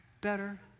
better